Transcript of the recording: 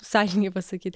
sąžiningai pasakyt